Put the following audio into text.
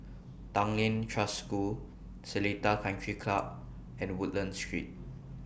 Tanglin Trust School Seletar Country Club and Woodlands Street